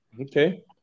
Okay